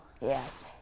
Yes